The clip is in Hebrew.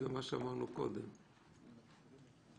את הפעולות המשלימות,